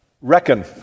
reckon